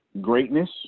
greatness